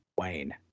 Wayne